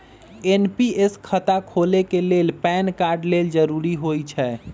NPS खता खोले के लेल पैन कार्ड लेल जरूरी होइ छै